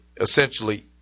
essentially